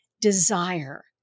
desire